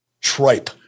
tripe